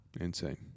insane